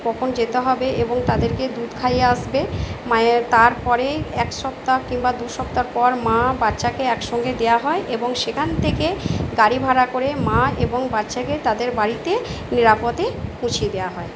কখন যেতে হবে এবং তাদেরকে দুধ খাইয়ে আসবে মায়ে তারপরে এক সপ্তাহ কিংবা দু সপ্তাহর পর মা বাচ্চাকে একসঙ্গে দেওয়া হয় এবং সেখান থেকে গাড়ি ভাড়া করে মা এবং বাচ্চাকে তাদের বাড়িতে নিরাপদে পৌঁছিয়ে দেওয়া হয়